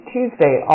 Tuesday